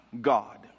God